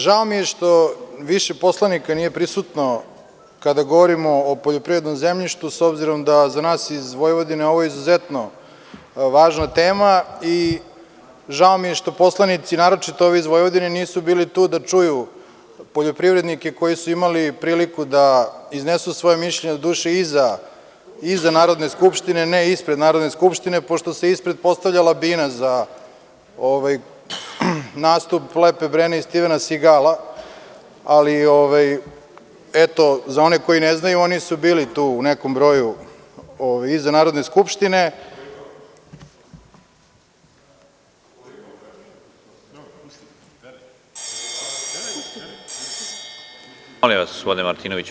Žao mi je što više poslanika nije prisutno kada govorimo o poljoprivrednom zemljištu, s obzirom da za nas iz Vojvodine je ovo izuzetno važna tema i žao mi je što poslanici, naročito ovi iz Vojvodine nisu bili tu da čuju poljoprivrednike koji su imali priliku da iznesu svoje mišljenje, do duše iza Narodne skupštine, ne ispred Narodne skupštine, pošto se ispred postavljala bina za nastup Lepe Brene i Stivena Sigala, ali eto za one koji ne znaju, oni su bili tu u nekom broju iza Narodne skupštine. (Aleksandar Martinović, s mesta: U kolikom broju?